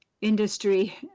industry